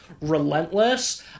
relentless